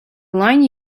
line